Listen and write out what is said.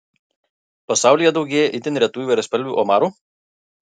pasaulyje daugėja itin retų įvairiaspalvių omarų